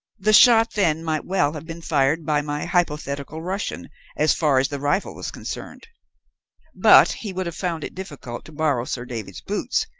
the shot, then, might well have been fired by my hypothetical russian as far as the rifle was concerned but he would have found it difficult to borrow sir david's boots,